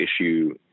issue